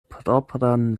propran